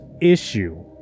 issue